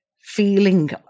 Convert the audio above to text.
feeling